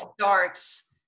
starts